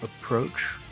approach